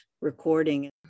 recording